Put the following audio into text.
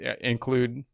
include